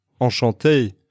Enchanté